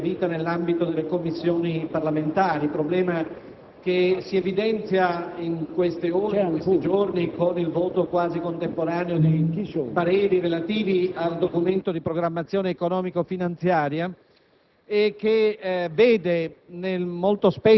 il tema del voto per delega dei senatori a vita nell'ambito delle Commissioni parlamentari. Tale problema si evidenzia, in queste ore e in questi giorni, con il voto quasi contemporaneo dei pareri sul Documento di programmazione economico-finanziaria